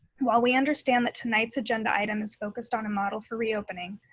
while we understand that tonight's agenda item is focused on a model for reopening,